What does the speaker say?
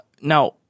Now